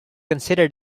consider